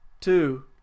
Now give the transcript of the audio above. Two